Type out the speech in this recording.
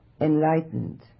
enlightened